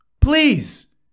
Please